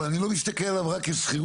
אבל אני לא מסתכל עליו רק כשכירות,